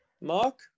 Mark